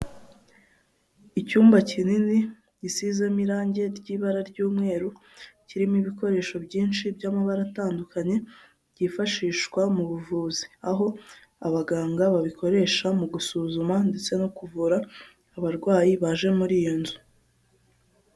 Icyumba kinini, gisizemo irangi ry'ibara ry'umweru, kirimo ibikoresho byinshi by'amabara atandukanye, byifashishwa mu buvuzi, aho abaganga babikoresha, mu gusuzuma, ndetse no kuvura, abarwayi baje muri iyo nzu.